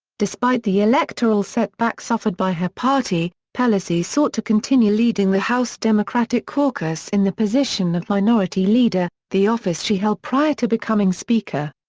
despite the electoral setback suffered by her party, pelosi sought to continue leading the house democratic caucus in the position of minority leader, the office she held prior to becoming speaker.